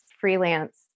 freelance